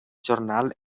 jornal